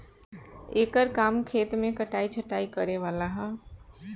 एकर काम खेत मे कटाइ छटाइ करे वाला ह